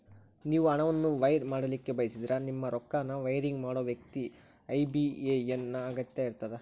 ನೇವು ಹಣವನ್ನು ವೈರ್ ಮಾಡಲಿಕ್ಕೆ ಬಯಸಿದ್ರ ನೇವು ರೊಕ್ಕನ ವೈರಿಂಗ್ ಮಾಡೋ ವ್ಯಕ್ತಿ ಐ.ಬಿ.ಎ.ಎನ್ ನ ಅಗತ್ಯ ಇರ್ತದ